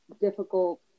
difficult